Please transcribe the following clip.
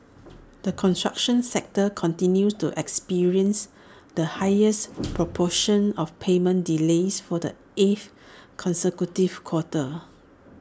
the construction sector continues to experience the highest proportion of payment delays for the eighth consecutive quarter